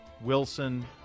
Wilson